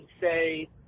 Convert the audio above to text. say